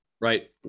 right